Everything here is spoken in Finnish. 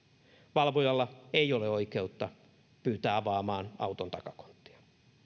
valvojalla ei ole oikeutta pyytää avaamaan auton takakonttia